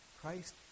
Christ